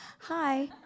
Hi